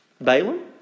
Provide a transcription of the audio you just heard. Balaam